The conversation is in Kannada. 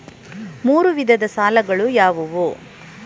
ಮೂರು ವಿಧದ ಸಾಲಗಳು ಯಾವುವು?